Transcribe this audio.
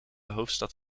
hoofdstad